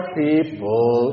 people